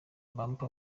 mampa